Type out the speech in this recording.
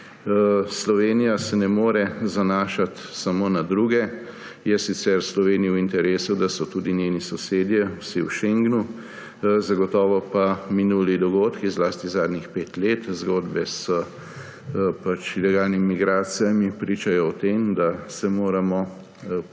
Slovenija se ne more zanašati samo na druge. Sicer je Sloveniji v interesu, da so tudi njeni sosedje vsi v šengnu, zagotovo pa minuli dogodki, zlasti zadnjih pet let, zgodbe z ilegalnimi migracijami pričajo o tem, da se moramo sami